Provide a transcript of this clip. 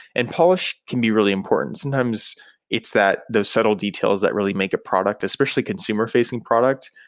and polish can be really important. sometimes it's that those subtle details that really make a product, especially consumer-facing product,